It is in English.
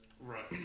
Right